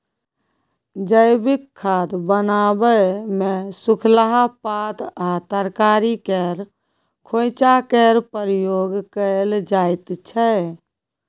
जैबिक खाद बनाबै मे सुखलाहा पात आ तरकारी केर खोंइचा केर प्रयोग कएल जाइत छै